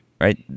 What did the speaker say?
right